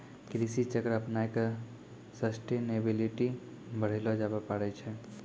कृषि चक्र अपनाय क सस्टेनेबिलिटी बढ़ैलो जाबे पारै छै